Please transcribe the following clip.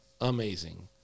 amazing